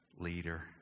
Leader